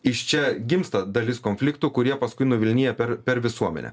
iš čia gimsta dalis konfliktų kurie paskui nuvilnija per per visuomenę